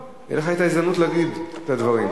הוא מדבר: